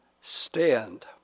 stand